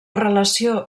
relació